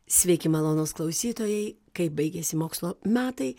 sveiki malonūs klausytojai kai baigėsi mokslo metai